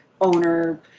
owner